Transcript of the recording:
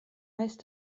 heißt